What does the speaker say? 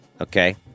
okay